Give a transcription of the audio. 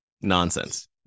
nonsense